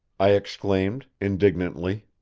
i exclaimed indignantly.